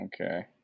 Okay